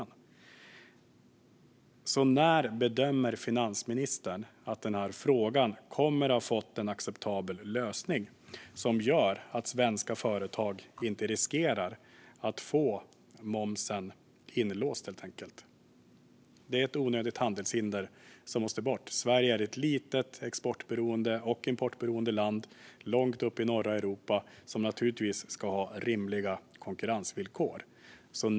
När bedömer finansministern att den här frågan kommer att ha fått en acceptabel lösning som gör att svenska företag inte riskerar att få momsen inlåst? Det är ett onödigt handelshinder som måste bort. Sverige är ett litet, export och importberoende land långt uppe i norra Europa som naturligtvis ska ha rimliga konkurrensvillkor.